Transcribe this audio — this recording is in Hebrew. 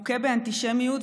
מוכה באנטישמיות,